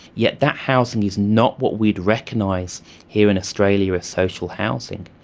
yet that housing is not what we'd recognise here in australia as social housing.